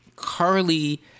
Carly